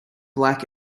black